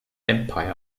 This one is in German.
empire